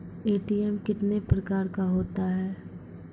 ATM कितने प्रकार का होता हैं?